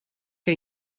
que